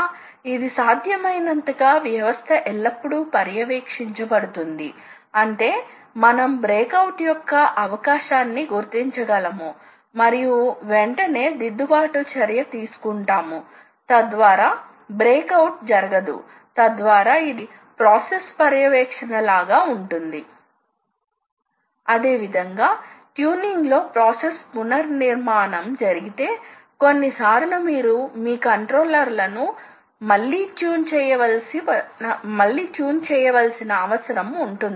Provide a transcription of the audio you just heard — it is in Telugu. కాబట్టి అవి పనికిరాని సమయాన్ని తగ్గించు నందువల్ల ఈ యంత్రాలు చాలా బాగా తయారయ్యాయి అని అర్థం చేసుకోవాలి వాటి ఇంజనీరింగ్ చాలా బలంగా ఉంటుంది మరోవైపు ప్రతికూలత ఏమిటంటే ఈ యంత్రాల నిర్వహణకు చాలా నైపుణ్యం కలిగిన ఆపరేటర్ అవసరం ఆపరేషన్ లో నైపుణ్యం మాత్రమే కాకుండా వివిధ రకాలైన సాంకేతిక పరిజ్ఞానాలు ఉదాహరణకు పార్ట్ ప్రోగ్రాం రైటింగ్ మొదలైన వాటికి నైపుణ్యం కలిగిన ఆపరేటర్లు అవసరం కావచ్చు